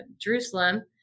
Jerusalem